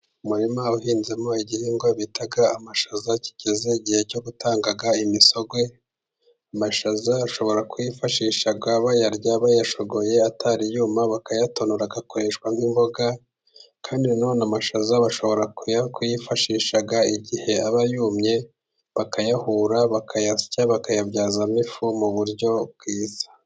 Umurima uhinzemo igihingwa bita amashaza kigeze igihe cyo gutanga imisogwe ,amashaza ashobora kuyifashisha bayarya ,bayashogoye atariyuma bakayatonora agakoreshwa nk'imboga kandi nanone amashaza bashobora kuyifashisha igihe abayumye, bakayahura, bakayasya ,bakayabyazamo ifu mu buryo bwiza.